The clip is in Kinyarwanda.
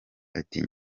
ati